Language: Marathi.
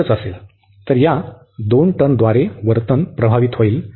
तर या दोन टर्मद्वारे वर्तन प्रभावित होईल